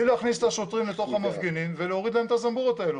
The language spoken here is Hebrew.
להכניס את השוטרים לתוך המפגינים ולהוריד להם את הזמבורות האלה.